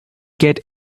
get